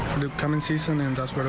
coming season and sort of